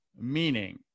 meaning